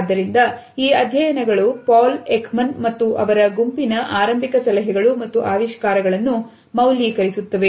ಆದ್ದರಿಂದ ಈ ಅಧ್ಯಯನಗಳು ಪಾಲಕ್ ಮನ್ ಮತ್ತು ಅವರ ಗುಂಪಿನ ಆರಂಭಿಕ ಸಲಹೆಗಳು ಮತ್ತು ಆವಿಷ್ಕಾರಗಳನ್ನು ಮೌಲ್ಯೀಕರಿಸುತ್ತವೆ